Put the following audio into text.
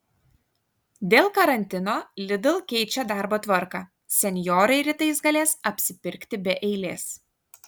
dėl karantino lidl keičia darbo tvarką senjorai rytais galės apsipirkti be eilės